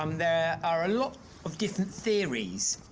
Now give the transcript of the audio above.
um there are a lot of different theories.